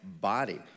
body